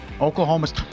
Oklahoma's